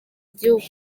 igihugu